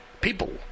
People